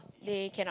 they cannot